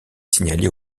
signalé